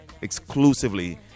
exclusively